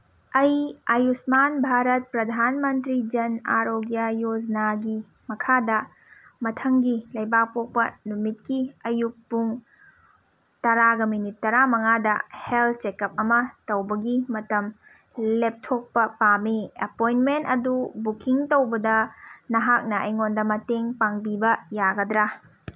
ꯑꯩ ꯑꯌꯨꯁꯃꯥꯟ ꯚꯥꯔꯠ ꯄ꯭ꯔꯙꯥꯟ ꯃꯟꯇ꯭ꯔꯤ ꯖꯟ ꯑꯥꯔꯣꯒ꯭ꯌꯥ ꯌꯣꯖꯅꯥꯒꯤ ꯃꯈꯥꯗ ꯃꯊꯪꯒꯤ ꯂꯩꯕꯥꯛꯄꯣꯛꯄ ꯅꯨꯃꯤꯠꯀꯤ ꯑꯌꯨꯛ ꯄꯨꯡ ꯇꯔꯥꯒ ꯃꯤꯅꯤꯠ ꯇꯔꯥ ꯃꯉꯥꯗ ꯍꯦꯜꯠ ꯆꯦꯀꯞ ꯑꯃ ꯇꯧꯕꯒꯤ ꯃꯇꯝ ꯂꯦꯞꯊꯣꯛꯄ ꯄꯥꯝꯃꯤ ꯑꯦꯄꯣꯏꯟꯃꯦꯟ ꯑꯗꯨ ꯕꯨꯀꯤꯡ ꯇꯧꯕꯗ ꯅꯍꯥꯛꯅ ꯑꯩꯉꯣꯟꯗ ꯃꯇꯦꯡ ꯄꯥꯡꯕꯤꯕ ꯌꯥꯒꯗ꯭ꯔꯥ